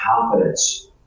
confidence